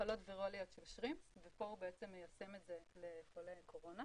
למחלות ויראליות של שרימפס ופה הוא מיישם את זה על חולי קורונה.